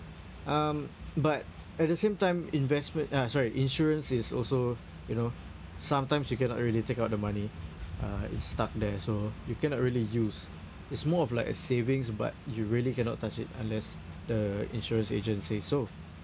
um but at the same time investment ah sorry insurance is also you know sometimes you cannot really take out the money uh it's stuck there so you cannot really use it's more of like a savings but you really cannot touch it unless the insurance agent says so